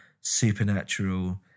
supernatural